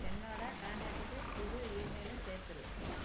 என்னோட காண்டாக்ட்டுக்கு புது ஈமெயிலை சேத்துடு